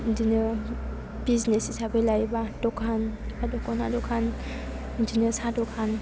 बिदिनो बिजनेस हिसाबै लायोबा दखान एबा दखना दखान बिदिनो साहा दखान